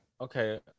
Okay